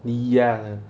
你呀